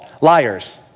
liars